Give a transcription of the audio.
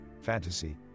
fantasy